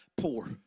poor